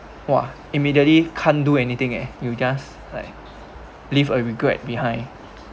!wah! immediately can't do anything eh you just like live a regret behind